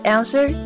Answer